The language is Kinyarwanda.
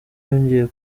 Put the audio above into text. yongeye